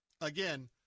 Again